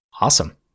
Awesome